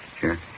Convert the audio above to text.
Sure